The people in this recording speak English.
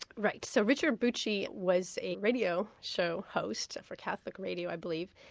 right. so richard bucci was a radio show host for catholic radio i believe,